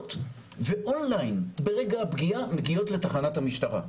שנפגעות ואון ליין ברגע הפגיעה מגיעות לתחנת המשטרה.